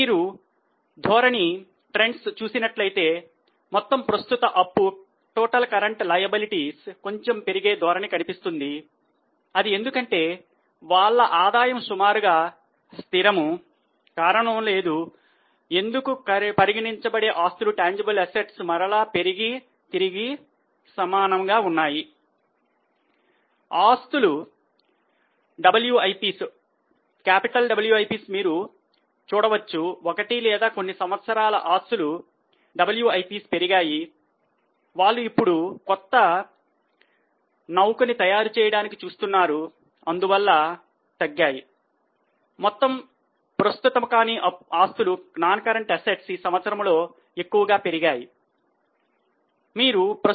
వ్యాపార చెల్లింపులు మరల పెరిగి లేదా తరిగి సమానంగా ఉన్నాయి